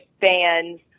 fans